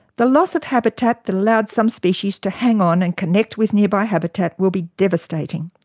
the loss of habitat that allowed some species to hang on and connect with nearby habitat will be devastating.